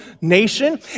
nation